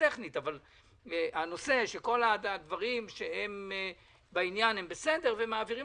שכל הדברים בסדר, מעבירים